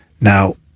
now